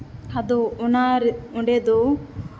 ᱟᱫᱚ ᱚᱱᱟ ᱚᱸᱰᱮ ᱫᱚ